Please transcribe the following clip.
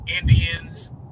Indians